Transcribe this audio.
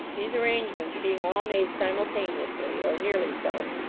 these arrangements being all made simultaneously, or nearly so,